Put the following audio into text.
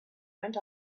went